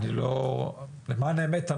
למען האמת,